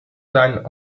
sein